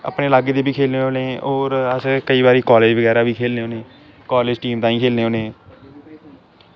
अपने लागे बी खेलने होन्ने होर अस केईं बारी कालेज बगैरा बी खेलने होन्ने कालेज़ टीम ताईं खेलने होन्ने